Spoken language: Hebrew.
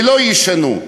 ולא ישנו.